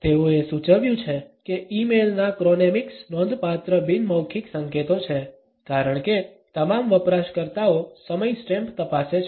તેઓએ સૂચવ્યું છે કે ઇમેઇલ ના ક્રોનેમિક્સ નોંધપાત્ર બિન મૌખિક સંકેતો છે કારણ કે તમામ વપરાશકર્તાઓ સમય સ્ટેમ્પ તપાસે છે